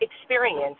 experience